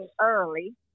early